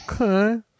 Okay